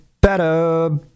better